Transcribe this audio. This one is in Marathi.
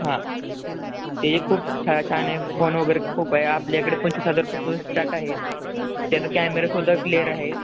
हां ते जे खूप छा छान आहे फोन वगैरे खूप आहे आपल्याकडे पंचवीस हजारपासून स्टार्ट आहेत त्याचा कॅमेरासुद्धा क्लिअर आहे